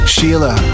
Sheila